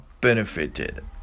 benefited